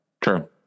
True